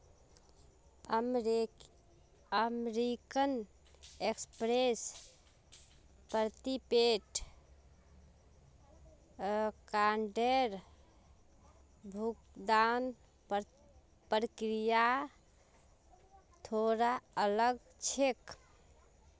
American Express prepaid कार्डेर भुगतान प्रक्रिया थोरा अलग छेक